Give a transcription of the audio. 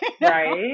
Right